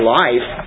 life